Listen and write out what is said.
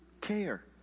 care